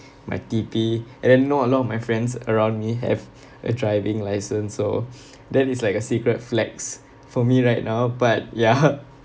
my T_P and I know a lot of my friends around me have a driving licence so that is like a secret flags for me right now but ya